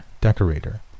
decorator